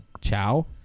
Ciao